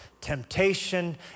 Temptation